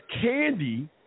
candy